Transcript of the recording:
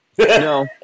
No